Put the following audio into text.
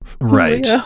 Right